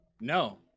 No